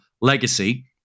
legacy